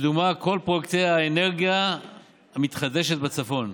לדוגמה כל פרויקטי האנרגיה המתחדשת בצפון.